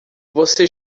você